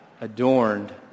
adorned